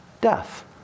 Death